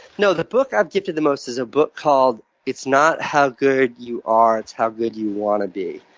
no. the book i've gifted the most is a book called it's not how good you are, it's how good you want to be.